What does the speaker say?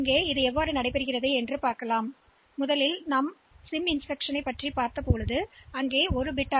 எனவே இது எப்படி நடக்கிறது முதலில் சிம் இன்ஸ்டிரக்ஷன் மற்றும் தொடர் வெளியீட்டு பகுதி பற்றி விவாதிப்போம்